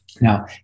Now